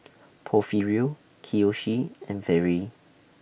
Porfirio Kiyoshi and Vere